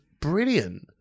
brilliant